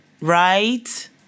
right